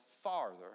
farther